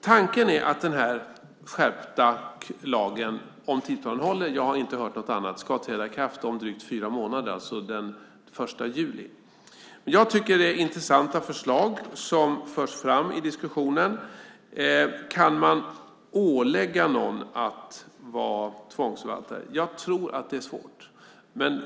Tanken är att den skärpta lagen, om tidsplanen håller - jag har inte hört något annat - ska träda i kraft om drygt fyra månader, alltså den 1 juli. Jag tycker att det är intressanta förslag som förs fram i diskussionen. Kan man ålägga någon att vara tvångsförvaltare? Jag tror att det är svårt.